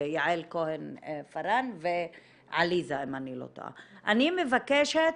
יעל כהן פארן ועליזה לביא, אני מבקשת